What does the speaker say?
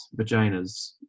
vaginas